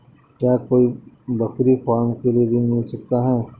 क्या कोई बकरी फार्म के लिए ऋण मिल सकता है?